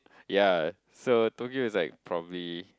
ya so Tokyo is like probably